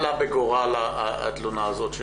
מה עלה בגורל התלונה הזאת?